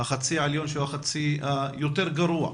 בחצי העליון שהוא החצי היותר גרוע.